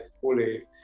fully